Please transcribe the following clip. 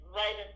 right